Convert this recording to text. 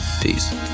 Peace